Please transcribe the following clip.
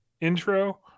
intro